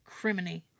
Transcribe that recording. Criminy